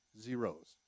zeros